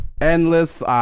endless